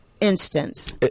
instance